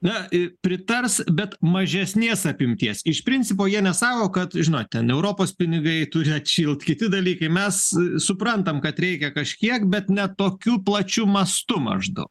na pritars bet mažesnės apimties iš principo jie nesako kad žinot ten europos pinigai turi atšilt kiti dalykai mes suprantam kad reikia kažkiek bet ne tokiu plačiu mastu maždaug